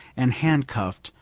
and handcuffed,